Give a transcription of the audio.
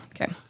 okay